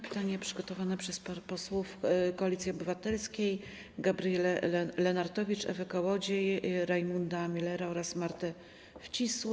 Pytanie przygotowane przez posłów Koalicji Obywatelskiej Gabrielę Lenartowicz, Ewę Kołodziej, Rajmunda Millera i Martę Wcisło.